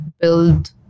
build